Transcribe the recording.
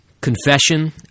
confession